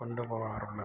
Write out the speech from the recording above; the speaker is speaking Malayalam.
കൊണ്ട് പോവാറുള്ളത്